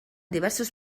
diversos